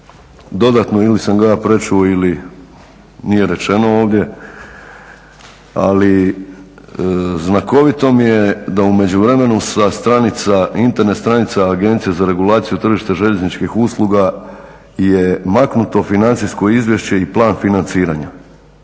dodatno ili sam ga ja prečuo ili nije rečeno ovdje, ali znakovito je da u međuvremenu sa stranica, internet stranica Agencije za regulaciju tržišta željezničkih usluga je maknuto financijsko izvješće i plan financiranja.